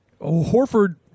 Horford